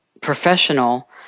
professional